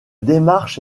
démarche